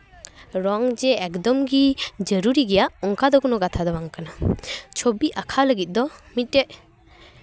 ᱨᱚᱝ ᱡᱮ ᱮᱠᱫᱚᱢ ᱜᱮ ᱡᱟᱹᱨᱩᱨᱤ ᱜᱮᱭᱟ ᱚᱱᱠᱟ ᱫᱚ ᱠᱳᱱᱳ ᱠᱟᱛᱷᱟ ᱫᱚ ᱵᱟᱝ ᱠᱟᱱᱟ ᱪᱷᱚᱵᱤ ᱟᱸᱠᱟᱣ ᱞᱟᱹᱜᱤᱫ ᱫᱚ ᱢᱤᱫᱴᱮᱡ